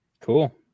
Cool